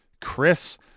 Chris